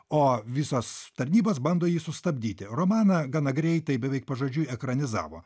o visos tarnybos bando jį sustabdyti romaną gana greitai beveik pažodžiui ekranizavo